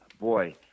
boy